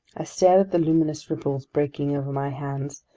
i stared at the luminous ripples breaking over my hands,